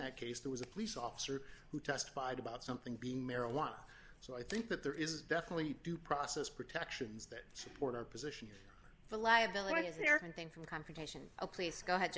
that case there was a police officer who testified about something being marijuana so i think that there is definitely due process protections that support our position the liability is there one thing from a confrontation a place go ahead